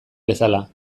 bezala